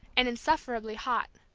and insufferably hot.